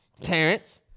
Terrence